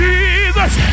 Jesus